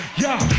yeah.